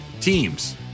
teams